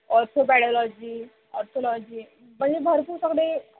orthopaedology orthology म्हणजे भरपूर सगळे